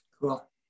Cool